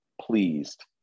pleased